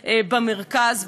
במרכז,